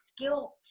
skill